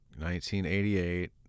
1988